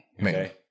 Okay